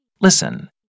Listen